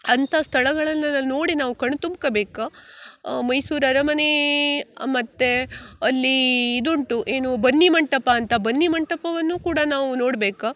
ಅಂಥ ಸ್ಥಳಗಳನ್ನೆಲ್ಲ ನೋಡಿ ನಾವು ಕಣ್ಣು ತುಂಬ್ಕಬೇಕು ಮೈಸೂರು ಅರಮನೆ ಮತ್ತು ಅಲ್ಲಿ ಇದುಂಟು ಏನು ಬನ್ನಿಮಂಟಪ ಅಂತ ಬನ್ನಿಮಂಟಪವನ್ನು ಕೂಡ ನಾವು ನೋಡ್ಬೇಕು